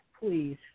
please